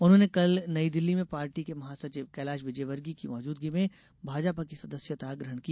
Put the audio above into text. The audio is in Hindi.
उन्होंने कल नईदिल्ली में पार्टी के महासचिव कैलाश विजयवर्गीय की मौद्रजगी में भाजपा की सदस्यता ग्रहण की